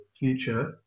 future